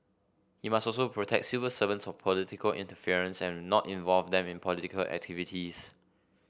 he must also protect civil servants from political interference and not involve them in political activities